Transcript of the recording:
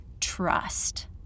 trust